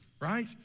right